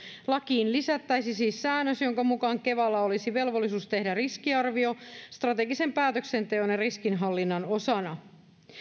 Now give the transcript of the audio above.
lakiin lisättäisiin siis säännös jonka mukaan kevalla olisi velvollisuus tehdä riskiarvio strategisen päätöksenteon ja riskinhallinnan osana